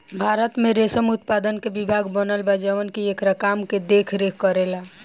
भारत में रेशम उत्पादन के विभाग बनल बा जवन की एकरा काम के देख रेख करेला